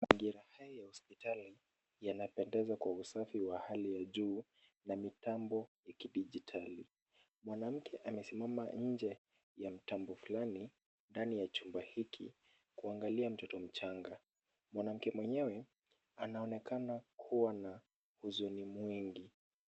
Mazingira haya ya hospitali yanapendeza kwa usafi wa hali ya juu na mitambo ya kidijitali. Mwanamke amesimama nje ya mtambo fulani ndani ya chumba hiki kuangalia mtoto mchanga. Mwanamke mwenyewe anaonekana kuwa na huzuni mwingi.